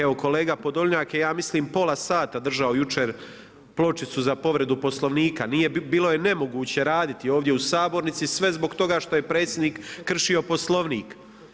Evo kolega Podolnjak je ja mislim pola sata držao jučer pločicu za povredu Poslovnika, bilo je nemoguće raditi ovdje u sabornici sve zbog toga što je predsjednik kršio Poslovnik.